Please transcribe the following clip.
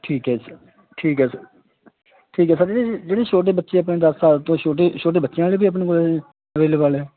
ਠੀਕ ਹੈ ਜੀ ਠੀਕ ਹੈ ਸਰ ਠੀਕ ਹੈ ਸਰ ਜੀ ਜਿਹੜੇ ਛੋਟੇ ਬੱਚੇ ਆਪਣੇ ਦਸ ਸਾਲ ਤੋਂ ਛੋਟੇ ਛੋਟੇ ਬੱਚਿਆਂ ਵਾਲੇ ਵੀ ਆਪਣੇ ਕੋਲ ਅਵੇਲੇਵਲ ਹੈ